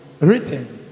Written